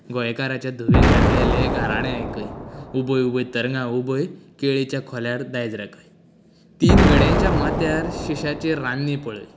गोंयकाराच्या धुवेन घातलेलें गाराणें आयकय उबय उबय तरंगा उबय केळीच्या खोल्यार दायज राखय तीन गड्यांच्या माथ्यार शिश्याचे रान्नी पळय